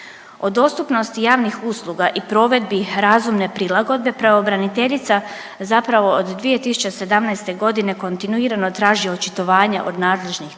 O dostupnosti javnih usluga i provedbi razumne prilagodbe pravobraniteljica zapravo od 2017. godine kontinuirano traži očitovanje od nadležnih tijela,